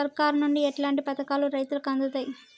సర్కారు నుండి ఎట్లాంటి పథకాలు రైతులకి అందుతయ్?